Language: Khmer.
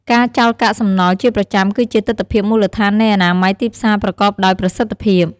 ការចោលកាកសំណល់ជាប្រចាំគឺជាទិដ្ឋភាពមូលដ្ឋាននៃអនាម័យទីផ្សារប្រកបដោយប្រសិទ្ធភាព។